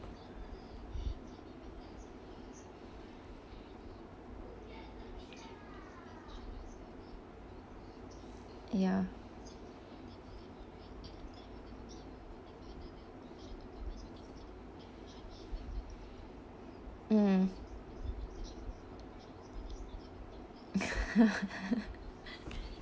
ya mm